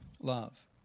love